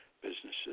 businesses